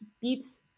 beats